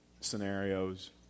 scenarios